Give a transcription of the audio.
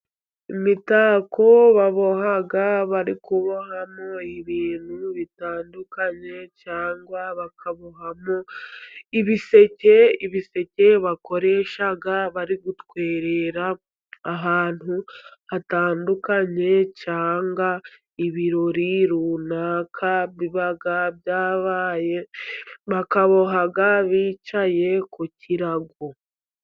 Imitako baboha bari kubohamo ibintu bitandukanye cyangwa bakabohamo ibiseke. Ibiseke bakoresha bari gutwerera ahantu hatandukanye, cyangwa ibirori runaka biba byabaye, bakaboha bicaye ku kirago.